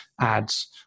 ads